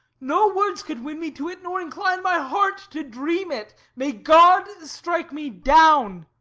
no words could win me to it, nor incline my heart to dream it. may god strike me down,